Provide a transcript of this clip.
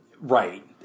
Right